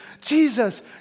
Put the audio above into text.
Jesus